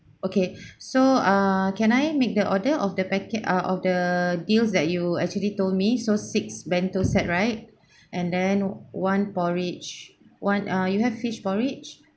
okay so err can I make the order of the packe~ ah of the deals that you actually told me so six bento set right and then one porridge one ah you have fish porridge